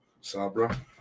Sabra